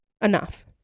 enough